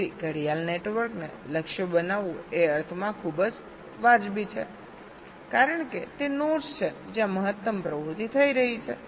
તેથી clock network લક્ષ્ય બનાવવું એ અર્થમાં ખૂબ જ વાજબી છે કારણ કે તે નોડ્સ છે જ્યાં મહત્તમ પ્રવૃત્તિ થઈ રહી છે